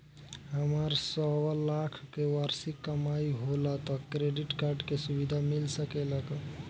हमार सवालाख के वार्षिक कमाई होला त क्रेडिट कार्ड के सुविधा मिल सकेला का?